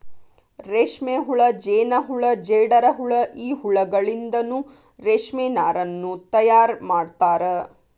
ರೇಷ್ಮೆಹುಳ ಜೇನಹುಳ ಜೇಡರಹುಳ ಈ ಹುಳಗಳಿಂದನು ರೇಷ್ಮೆ ನಾರನ್ನು ತಯಾರ್ ಮಾಡ್ತಾರ